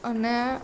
અને